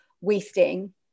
wasting